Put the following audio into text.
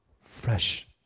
fresh